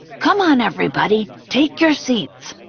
come on, everybody, take your seats.